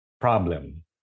problem